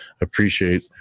appreciate